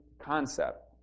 concept